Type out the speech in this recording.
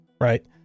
Right